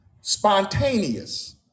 spontaneous